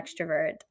extrovert